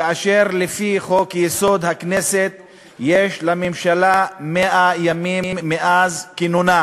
כאשר לפי חוק-יסוד: הכנסת יש לממשלה 100 ימים מאז כינונה